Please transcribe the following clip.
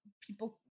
people